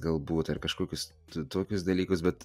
galbūt ar kažkokius tokius dalykus bet